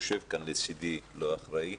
שיושב כאן לצידי לא אחראי,